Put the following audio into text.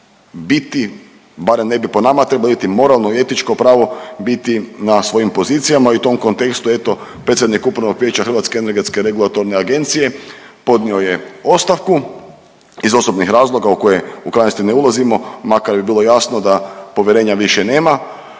biti, barem ne bi po nama trebali biti, moralno i etičko pravo biti na svojim pozicijama i u tom kontekstu eto predsjednik upravnog vijeća Hrvatske energetske regulatorne agencije podnio je ostavku iz osobnih razloga u koje u krajnosti ne uzlazimo makar bi bilo jasno da povjerenja više nema,